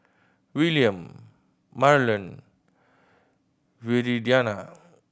Wiliam Marlen Viridiana